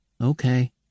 Okay